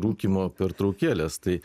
rūkymo pertraukėlės tai